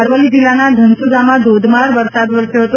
અરવલ્લી જિલ્લાના ધનસૂરામાં ધોધમાર વરસાદ વરસ્યો હતો